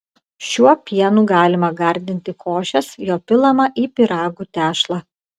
šiuo pienu galima gardinti košes jo pilama į pyragų tešlą